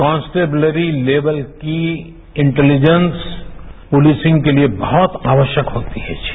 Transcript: constabulary level की intelligence policing के लिए बहुत आवश्यक होती है जी